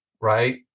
right